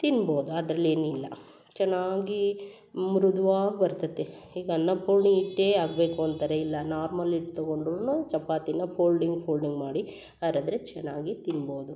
ತಿನ್ಬೌದು ಅದ್ರಲ್ಲಿ ಏನು ಇಲ್ಲ ಚೆನ್ನಾಗಿ ಮೃದುವಾಗಿ ಬರ್ತೈತೆ ಈಗ ಅನ್ನ ಪೂರ್ಣಿ ಹಿಟ್ಟೇ ಆಗಬೇಕು ಅಂತಾರೆ ಇಲ್ಲಾ ನಾರ್ಮಲ್ ಹಿಟ್ಟು ತಗೊಂಡರೂ ಚಪಾತಿನ ಫೋಲ್ಡಿಂಗ್ ಫೋಲ್ಡಿಂಗ್ ಮಾಡಿ ಅರೆದ್ರೆ ಚೆನ್ನಾಗಿ ತಿನ್ಬೌದು